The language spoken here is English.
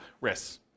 risks